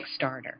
Kickstarter